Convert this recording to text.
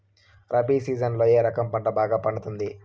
రబి సీజన్లలో ఏ రకం పంట బాగా పండుతుంది